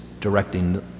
directing